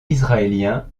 israélien